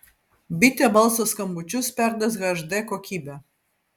bitė balso skambučius perduos hd kokybe